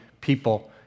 people